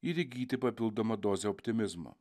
ir įgyti papildomą dozę optimizmo